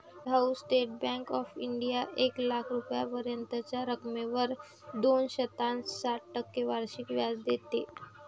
भाऊ, State Bank of India एक लाख रुपयांपर्यंतच्या रकमेवर दोन दशांश सात टक्के वार्षिक व्याज देते